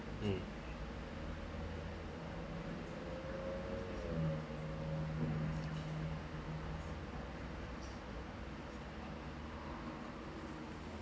mm